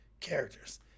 characters